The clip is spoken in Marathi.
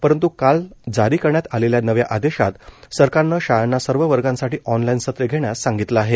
परंत् काल जारी करण्यात आलेल्या नव्या आदेशात सरकारनं शाळांना सर्व वर्गांसाठी ऑनलाइन सत्रे घेण्यास सांगितलं आहे